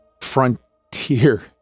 frontier